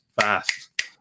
fast